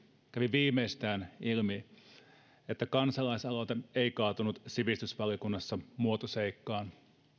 viimeistään ilmi kansalaisaloite ei kaatunut sivistysvaliokunnassa muotoseikkaan